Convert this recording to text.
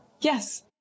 Yes